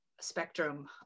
spectrum